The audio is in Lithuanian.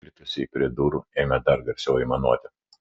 kritusieji prie durų ėmė dar garsiau aimanuoti